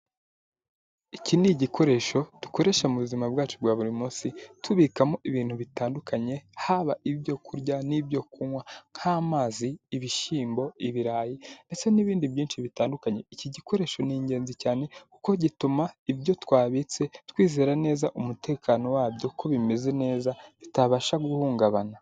Iki ni igikoresho dukoresha mu buzima bwacu bwa buri munsi tubikamo ibintu bitandukanye, haba ibyo kurya n'ibyo kunywa nk'amazi, ibishyimbo, ibirayi ndetse n'ibindi byinshi bitandukanye, iki gikoresho ni ingenzi cyane kuko gituma ibyo twabitse twizera neza umutekano wabyo ko bimeze neza bitabasha guhungabana.